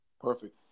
Perfect